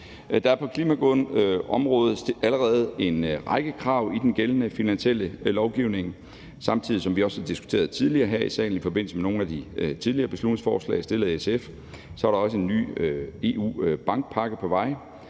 Der er på klimaområdet allerede en række krav i den gældende finansielle lovgivning. Som vi også har diskuteret tidligere her i salen i forbindelse med nogle af de beslutningsforslag, der er fremsat af SF, er der samtidig også en ny EU-bankpakke på vej.